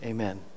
Amen